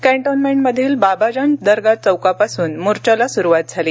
कॅन्टोन्मेंटमधील बाबाजान दर्गा चौकापासून मोर्चाला सुरुवात झाली